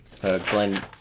Glenn